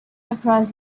across